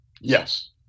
Yes